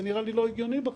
זה נראה לי לא הגיוני בכלל.